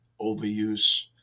overuse